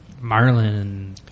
marlin